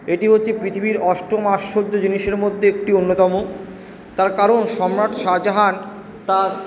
এটি হচ্ছে পৃথিবীর অষ্টম আশ্চর্য জিনিসের মধ্যে একটি অন্যতম তার কারণ সম্রাট শাহজাহান তার